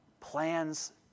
plans